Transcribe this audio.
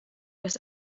was